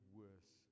worse